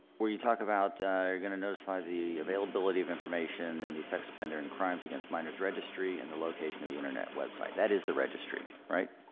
where you talk about you're going to notify the availability of information and the sex offender and crimes against minors registry and the location of the internet website that is the registry right